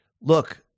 look